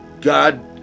God